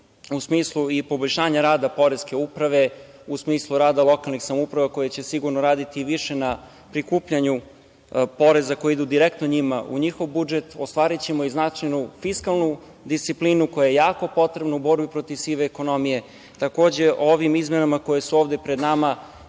u smislu poboljšanja rada poreske uprave, u smislu rada lokalnih samouprava koje će sigurno raditi i više na prikupljanju poreza koji idu direktno njima u njihov budžet, ostvarićemo i značajnu fiskalnu disciplinu koja je jako potrebna u borbi protiv sive ekonomije. Takođe, ovim izmenama koje su ovde pred nama